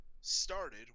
started